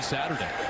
Saturday